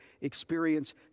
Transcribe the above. experience